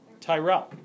Tyrell